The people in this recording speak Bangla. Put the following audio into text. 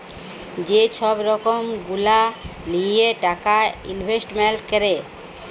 যে ছব রকম গুলা লিঁয়ে টাকা ইলভেস্টমেল্ট ক্যরে